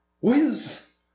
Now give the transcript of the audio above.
Whiz